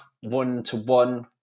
one-to-one